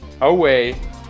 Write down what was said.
away